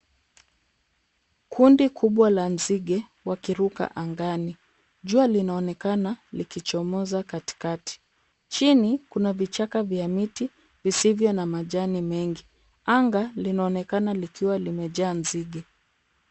Kundi kubwa la nzige wakiruka angani. Jua linaonekana likichomoza katikati. Chini kuna vichaka vya miti visivyo na majani mengi. Anga linaonekana likiwa limejaa nzige.